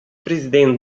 presidente